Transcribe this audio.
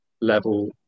level